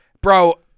Bro